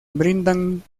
brindan